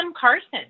Carson